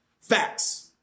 Facts